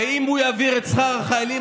ואם הוא יעלה את שכר החיילים,